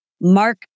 mark